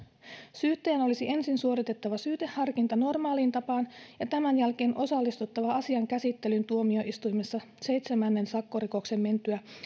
syyttäjän olisi ensin suoritettava syyteharkinta normaaliin tapaan ja tämän jälkeen osallistuttava asian käsittelyyn tuomioistuimessa seitsemännen sakkorikoksen mentyä